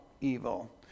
evil